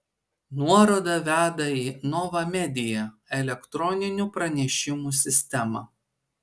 nuoroda veda į nova media elektroninių pranešimų sistemą